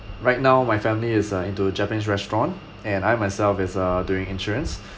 right now my family is uh into japanese restaurant and I myself as uh doing insurance